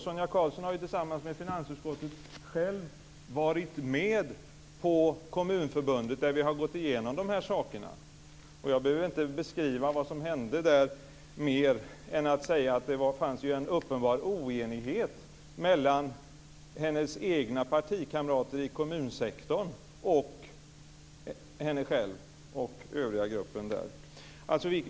Sonia Karlsson var tillsammans med finansutskottet själv med på Kommunförbundet när vi gick igenom de här sakerna. Jag behöver inte beskriva vad som hände där mer än att säga att det fanns en uppenbar oenighet mellan Sonia Karlssons egna partikamrater i kommunsektorn och henne själv och den övriga gruppen.